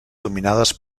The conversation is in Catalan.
dominades